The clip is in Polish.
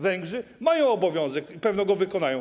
Węgrzy też mają obowiązek i pewnie go wykonają.